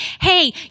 hey